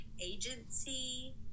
agency